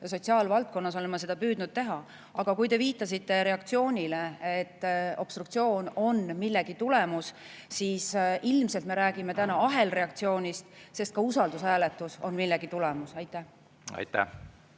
ja sotsiaalvaldkonnas olen ma seda püüdnud teha. Teie viitasite reaktsioonile, [sellele], et obstruktsioon on millegi tulemus. Ilmselt me räägime ahelreaktsioonist, sest ka usaldushääletus on millegi tulemus. Suur